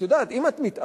את יודעת, אם את מתאמצת,